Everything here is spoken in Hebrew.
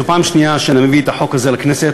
זו הפעם השנייה שאני מביא את החוק הזה לכנסת.